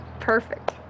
Perfect